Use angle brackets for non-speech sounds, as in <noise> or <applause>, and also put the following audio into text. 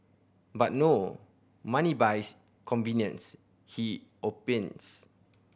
but no money buys convenience he <unintelligible>